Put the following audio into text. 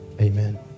Amen